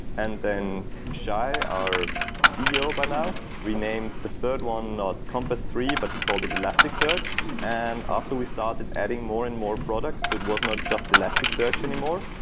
and then, shay, our ceo by now, renamed the third one compass three, but he called it elasticsearch. and after we started adding more and more products, it was not just elasticsearch anymore.